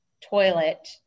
toilet